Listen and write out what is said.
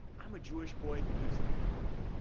i'm a jewish boy who lives in new york.